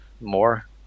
more